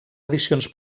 edicions